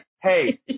hey